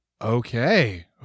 Okay